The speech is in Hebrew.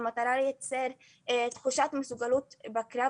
זאת במטרה לייצר תחושת מסוגלות בקרב